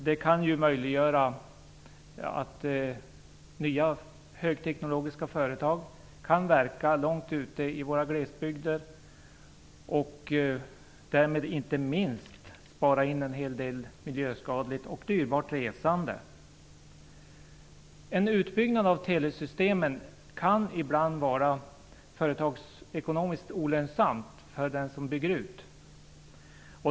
Det kan möjliggöra att nya högteknologiska företag kan verka långt ute i våra glesbygder och därmed inte minst spara in en hel del miljöskadligt och dyrbart resande. En utbyggnad av telesystemen kan ibland vara företagsekonomiskt olönsam för den som bygger ut.